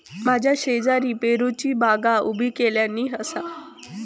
माझ्या शेजारी पेरूची बागा उभी केल्यानी आसा